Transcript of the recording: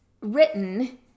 written